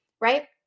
right